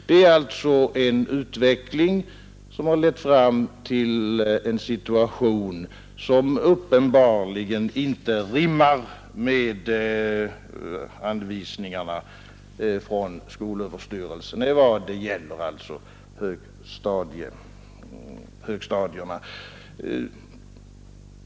Det är en utveckling som lett fram till en situation som uppenbarligen inte rimmar med anvisningarna från skolöverstyrelsen.